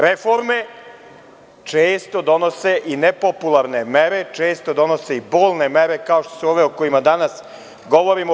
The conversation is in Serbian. Reforme često donose i nepopularne mere, često donose i bolne mere, kao što su ove o kojima danas govorimo.